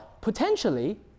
potentially